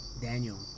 daniel